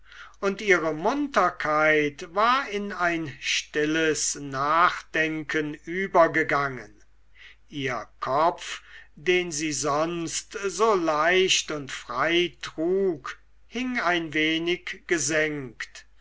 und ihre munterkeit war in ein stilles nachdenken übergegangen ihr kopf den sie sonst so leicht und frei trug hing ein wenig gesenkt